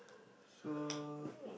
so